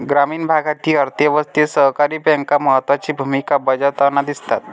ग्रामीण भागातील अर्थ व्यवस्थेत सहकारी बँका महत्त्वाची भूमिका बजावताना दिसतात